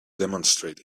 demonstrate